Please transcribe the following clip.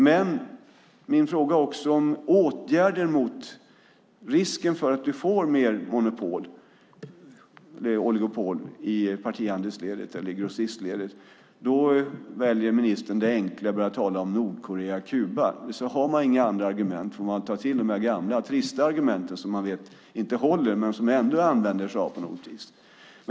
Min fråga gäller också åtgärder mot risken för att vi får mer monopol och oligopol i partihandelsledet eller i grossistledet. Då väljer ministern det enkla att börja tala om Nordkorea och Kuba. Har man inga andra argument tar man till de gamla trista argument som man vet inte håller men som man använder sig av.